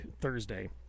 Thursday